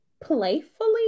playfully